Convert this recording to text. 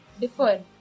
differ